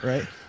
Right